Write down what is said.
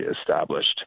established